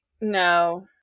No